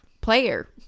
player